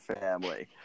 Family